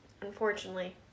unfortunately